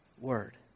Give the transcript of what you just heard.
word